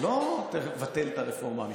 לא תבטל את הרפורמה המשפטית.